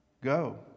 Go